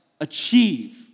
achieve